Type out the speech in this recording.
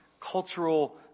cultural